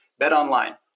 BetOnline